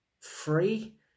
free